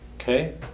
Okay